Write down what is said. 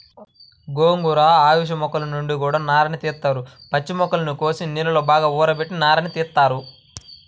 గోంగూర, అవిశ మొక్కల నుంచి గూడా నారని తీత్తారు, పచ్చి మొక్కల్ని కోసి నీళ్ళలో బాగా ఊరబెట్టి నారని తీత్తారు